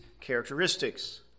characteristics